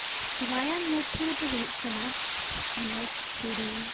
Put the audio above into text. ᱜᱟᱭᱟᱱ ᱢᱚᱫᱽ ᱨᱮᱫᱚ ᱦᱩᱭᱩᱜ ᱠᱟᱱᱟ ᱮᱱᱮᱡ ᱥᱮᱹᱨᱮᱹᱧ